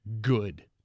good